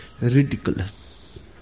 ridiculous